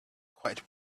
quite